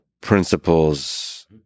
principles